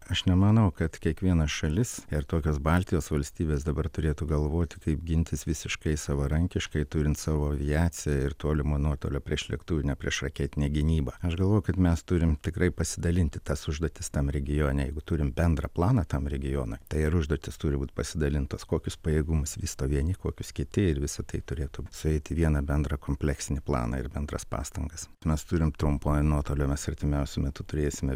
aš nemanau kad kiekviena šalis ir tokios baltijos valstybės dabar turėtų galvoti kaip gintis visiškai savarankiškai turint savo aviaciją ir tolimo nuotolio priešlėktuvinę priešraketinę gynybą aš galvoju kad mes turim tikrai pasidalinti tas užduotis tam regione jeigu turim bendrą planą tam regionui tai ir užduotis turi būt pasidalintos kokius pajėgumus vysto vieni kokius kiti ir visą tai turėtų sueiti į vieną bendrą kompleksinį planą ir bendras pastangas mes turim trumpojo nuotolio mes artimiausiu metu turėsime